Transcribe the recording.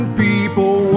people